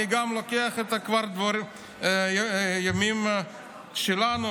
אני גם לוקח דוגמה מהימים שלנו,